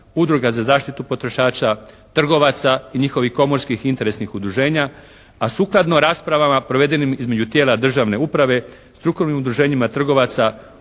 udruga za zaštitu potrošača, trgovaca i njihovih komorskih interesnih udruženja, a sukladno raspravama provedenim između tijela državne uprave, strukovnim udruženjima trgovaca,